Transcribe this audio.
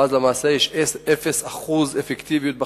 ואז למעשה יש אפס אחוז אפקטיביות בחקירה,